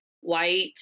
white